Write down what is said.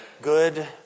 good